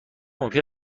ممکن